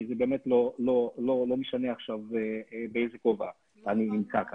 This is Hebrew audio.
כי זה באמת לא משנה עכשיו באיזה כובע אני נמצא כאן.